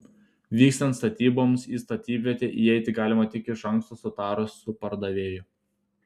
vykstant statyboms į statybvietę įeiti galima tik iš anksto sutarus su pardavėju